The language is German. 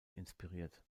inspiriert